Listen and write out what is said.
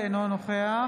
אינו נוכח